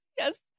Yes